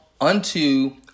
unto